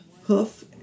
hoof